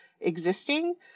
existing